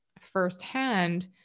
firsthand